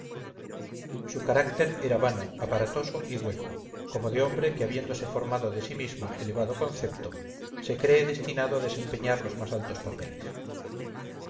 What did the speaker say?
su carácter era vano aparatoso y hueco como de hombre que habiéndose formado de sí mismo elevado concepto se cree destinado a desempeñar los más altos papeles